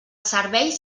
servei